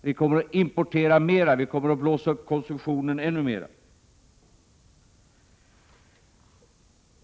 Vi kommer att importera mer och blåsa upp konsumtionen ännu mer.